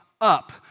up